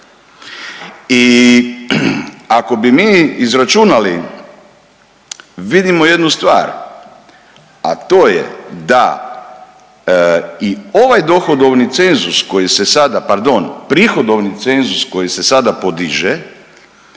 I ako bi mi izračunali vidimo jednu stvar, a to je da i ovaj dohodovni cenzus koji se sada, pardon prihodovni cenzus koji se sada podiže